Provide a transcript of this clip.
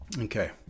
Okay